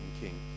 king